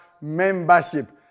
membership